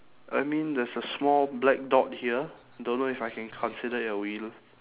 I mean there's a small black dot here don't know if I can consider it a wheel